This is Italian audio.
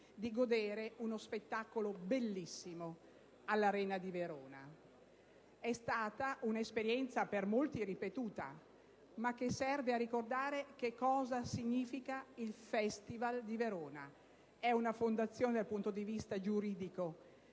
di godere di uno spettacolo bellissimo all'Arena di Verona. È stata un'esperienza per molti ripetuta, ma che serve a ricordare che cosa significa il Festival di Verona. È una fondazione, dal punto di vista giuridico,